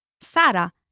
Sara